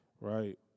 Right